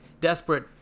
Desperate